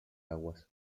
aguas